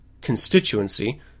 constituency